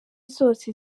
zose